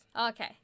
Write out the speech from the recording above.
Okay